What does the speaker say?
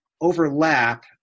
overlap